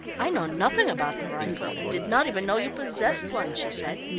i know nothing about the rifle, and did not even know you possessed one, she said.